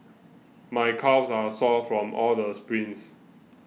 my calves are sore from all the sprints